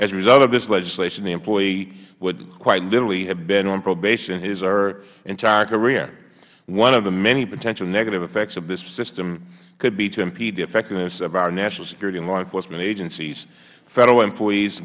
as a result of this legislation the employee would quite literally have been on probation his or her entire career one of the many potential negative effects of this system could be to impede the effectiveness of our national security and law enforcement agencies federal employees